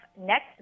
next